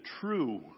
true